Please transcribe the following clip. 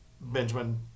Benjamin